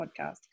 podcast